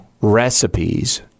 recipes